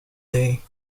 day